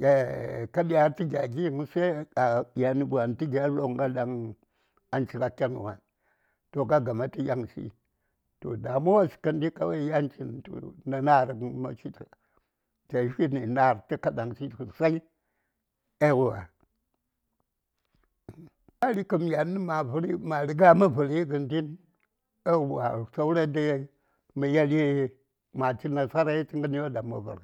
ka diya tə gya gin sai a diya nə tə gya longa daŋ ci ŋa ken wan to ka gama tə yaŋshi to damuwas gəndi yanchintu nə na:r gən ma fi tə mətayi fin na:r tə kadaŋshi sosai eiwa labari kam ma riga mə vəri kəndi yauwa saura dai mə yeli ma chi nasarai tə gəryo ɗaŋ mə vər.